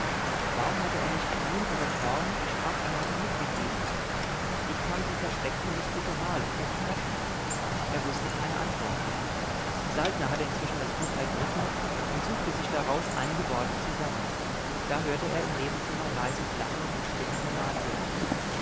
warum hatte er nicht ihm oder torm die sprachanleitung mitgegeben wie kam sie versteckt in das futteral unter die flaschen er wußte keine antwort saltner hatte inzwischen das buch ergriffen und suchte sich daraus einige worte zusammen da hörte er im nebenzimmer leises lachen und stimmen der martier